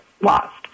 lost